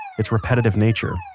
its repetitive nature.